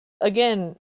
Again